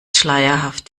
schleierhaft